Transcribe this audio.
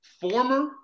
Former